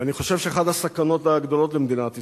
אני חושב שאחת הסכנות הגדולות למדינת ישראל,